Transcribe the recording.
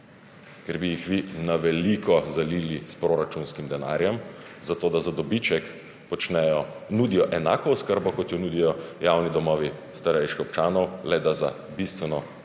Ker bi jih vi na veliko zalili s proračunskim denarjem, zato da za dobiček nudijo enako oskrbo, kot jo nudijo javni domovi starejših občanov, le da za bistveno